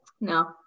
No